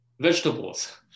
vegetables